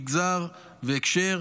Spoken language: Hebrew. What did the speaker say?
מגזר והקשר,